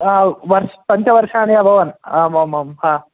वर्ष् पञ्चवर्षाणि अभवन् आम् आमां हा